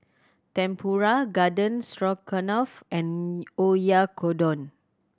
Tempura Garden Stroganoff and Oyakodon